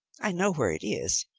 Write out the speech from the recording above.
i know where it is,